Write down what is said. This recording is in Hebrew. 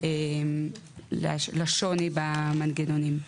לשוני במנגנונים.